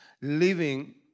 Living